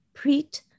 Preet